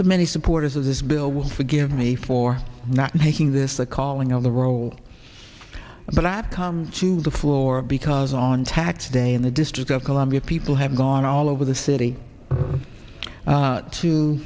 the many supporters of this bill will forgive me for not making this the calling of the role but i've come to the floor because on tax day in the district of columbia people have gone all over the city